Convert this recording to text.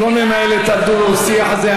לא ננהל את הדו-שיח הזה.